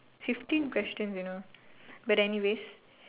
fifteen questions you know but anyways